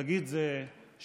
תגיד, זה שווה,